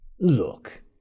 Look